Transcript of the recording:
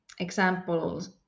examples